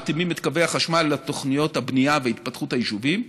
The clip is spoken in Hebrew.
מתאימים את קווי החשמל לתוכניות הבנייה וההתפתחות של היישובים,